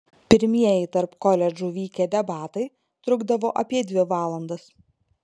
pirmieji tarp koledžų vykę debatai trukdavo apie dvi valandas